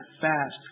fast